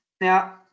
now